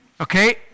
Okay